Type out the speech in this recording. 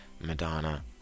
Madonna